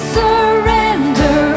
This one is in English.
surrender